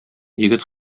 егет